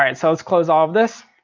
and so let's close all of this.